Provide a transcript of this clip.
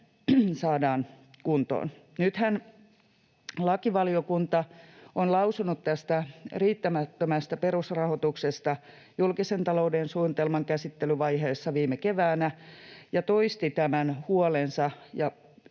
saadaan kuntoon. Nythän lakivaliokunta on lausunut tästä riittämättömästä perusrahoituksesta julkisen talouden suunnitelman käsittelyvaiheessa viime keväänä, ja se toisti tämän huolensa